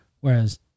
Whereas